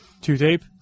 Two-tape